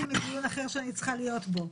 יצאתי מדיון אחר שאני צריכה להיות בו.